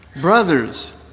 Brothers